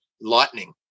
lightning